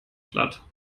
platt